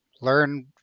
learn